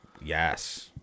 Yes